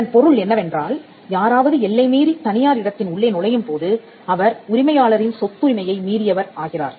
இதன் பொருள் என்னவென்றால் யாராவது எல்லை மீறி தனியார் இடத்தின் உள்ளே நுழையும் போது அவர் உரிமையாளரின் சொத்துரிமையை மீறியவர் ஆகிறார்